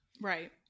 right